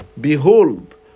Behold